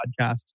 podcast